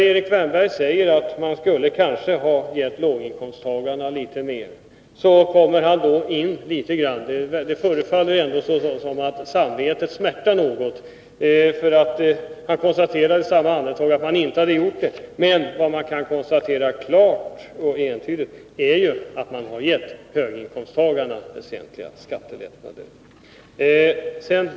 Erik Wärnberg säger att man kanske skulle ha gett låginkomsttagarna litet mer. Det förefaller som om hans samvete ändå smärtar något. Han konstaterar nämligen i samma andetag att man inte hade gjort det, men vad som kan konstateras klart och entydigt är att höginkomsttagarna har fått väsentliga skattelättnader.